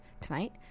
tonight